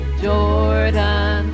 Jordan